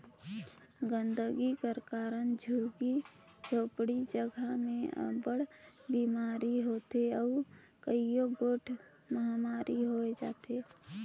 गंदगी कर कारन झुग्गी झोपड़ी जगहा में अब्बड़ बिमारी होथे अउ कइयो गोट महमारी होए जाथे